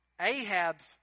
Ahab's